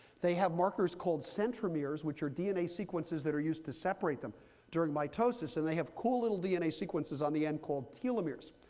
they have markers called centromeres, which are dna sequences that are used to separate them during mitosis, and they have cool little dna sequences on the end called telemeres.